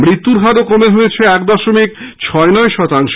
মৃত্যুর হারও কমে হয়েছে এক দশমিক ছয়নয় শতাংশ